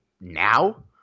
now